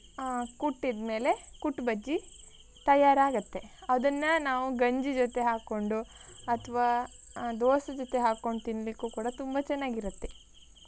ಕುಟ್ಟಿದ ಮೇಲೆ ಕುಟ್ಟು ಬಜ್ಜಿ ತಯಾರು ಆಗುತ್ತೆ ಅದನ್ನು ನಾವು ಗಂಜಿ ಜೊತೆ ಹಾಕಿಕೊಂಡು ಅಥವಾ ದೋಸೆ ಜೊತೆ ಹಾಕ್ಕೊಂಡು ತಿನ್ನಲಿಕ್ಕೂ ಕೂಡ ತುಂಬ ಚೆನ್ನಾಗಿರುತ್ತೆ